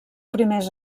primers